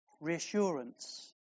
reassurance